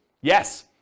Yes